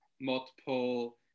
multiple